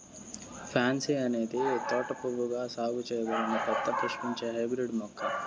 pansy అనేది తోట పువ్వుగా సాగు చేయబడిన పెద్ద పుష్పించే హైబ్రిడ్ మొక్క